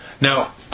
Now